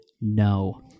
no